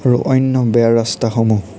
আৰু অন্য বেয়া ৰাস্তাসমূহ